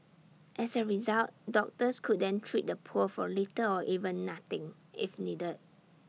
as A result doctors could then treat the poor for little or even nothing if needed